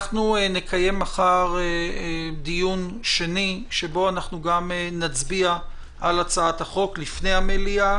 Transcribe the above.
נקיים מחר דיון שני שבו נצביע על הצעת החוק לפני המליאה,